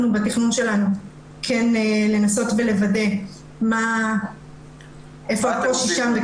אנחנו מתכננים לנסות לוודא איפה הקושי שם.